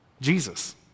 Jesus